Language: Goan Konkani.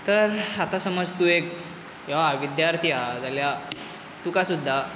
तर आतां समज तूं एक ह्यो आ विद्यार्थी आहा जाल्या तुका सुद्दां